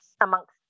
amongst